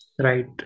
right